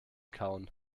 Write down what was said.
kauen